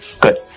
Good